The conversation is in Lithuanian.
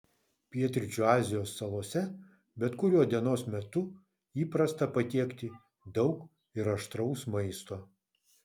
pietryčių azijos salose bet kuriuo dienos metu įprasta patiekti daug ir aštraus maisto